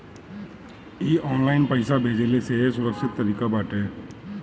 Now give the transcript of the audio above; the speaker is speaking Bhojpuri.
इ ऑनलाइन पईसा भेजला से सुरक्षित तरीका बाटे